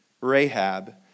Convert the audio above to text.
Rahab